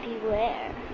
Beware